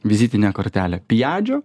vizitinė kortelė pijadžio